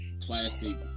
plastic